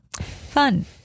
Fun